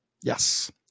Yes